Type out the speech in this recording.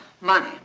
money